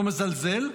לא מזלזל.